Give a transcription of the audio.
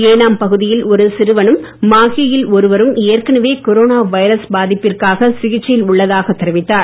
ஏனாம் பகுதியில் ஒரு சிறுவனும் மாஹேயில் ஒருவரும் ஏற்கனவே கொரோனா வைரஸ் பாதிப்பிற்காக சிகிச்சையில் உள்ளதாக தெரிவித்தார்